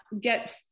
get